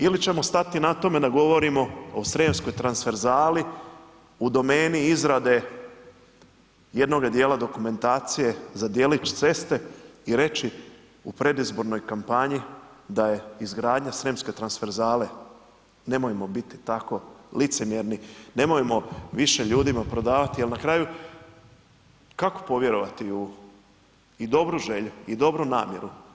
Ili ćemo stati na tome da govorimo o srijemskoj transverzali u domeni izrade jednoga dijela dokumentacije za djelić ceste i reći u predizbornoj kampanji da je izgradnja srijemske transverzale, nemojmo biti tako licemjerni, nemojmo više ljudima prodavati, jer na kraju kako povjerovati i u dobu želju i dobru namjeru.